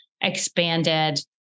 expanded